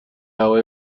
هوای